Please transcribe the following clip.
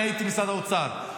אני הייתי במשרד האוצר,